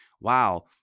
wow